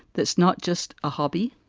that's not just a hobby.